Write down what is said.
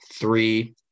three